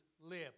live